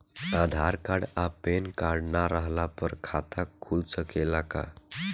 आधार card आ PAN card ना रहला पर खाता खुल सकेला का?